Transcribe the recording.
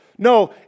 No